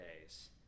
days